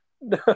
No